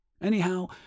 Anyhow